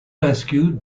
rescued